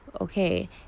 okay